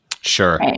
Sure